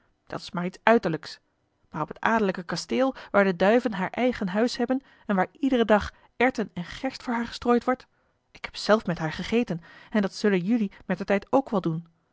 dat is maar iets uiterlijks maar op het adellijk kasteel waar de duiven haar eigen huis hebben en waar iederen dag erwten en gerst voor haar gestrooid wordt ik heb zelf met haar gegeten en dat zullen jelui mettertijd ook wel doen